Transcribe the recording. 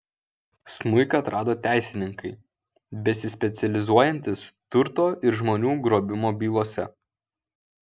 smuiką atrado teisininkai besispecializuojantys turto ir žmonių grobimo bylose